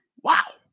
Wow